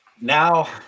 now